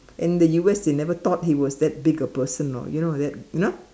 in the U_S they never thought he was that big a person you know that you know